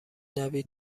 دوید